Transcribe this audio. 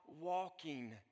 walking